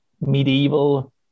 medieval